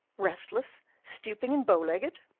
restless, stooping, and bowlegged?